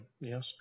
Yes